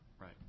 right